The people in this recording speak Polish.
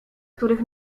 których